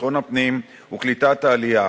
ביטחון הפנים וקליטת העלייה.